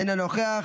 אינו נוכח,